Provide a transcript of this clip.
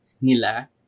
nila